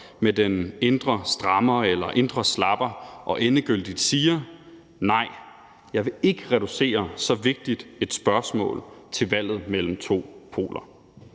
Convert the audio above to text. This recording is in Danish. med den indre strammer eller den indre slapper og endegyldigt siger: Nej, jeg vil ikke reducere så vigtigt et spørgsmål til valget mellem to poler.